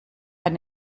ein